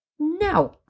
No